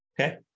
Okay